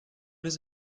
does